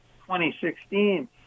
2016